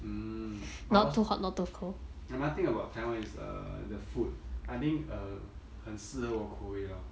mm but also another thing about taiwan is err the food I think uh 很适合我口味 lor